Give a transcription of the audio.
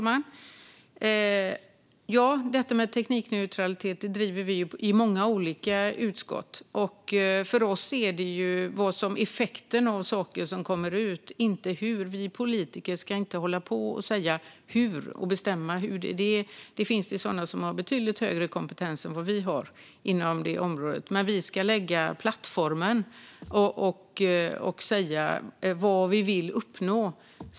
Fru talman! Detta med teknikneutralitet driver vi i många olika utskott. För oss gäller det effekten av saker som kommer ut, inte hur. Vi politiker ska inte hålla på och säga hur och bestämma, utan det finns sådana som har betydligt högre kompetens än vad vi har inom området. Vi ska lägga fast plattformen och säga vad vi vill uppnå.